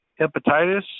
hepatitis